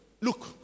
look